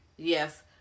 Yes